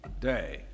day